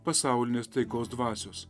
pasaulinės taikos dvasios